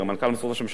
מנכ"ל משרד ראש הממשלה,